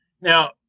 Now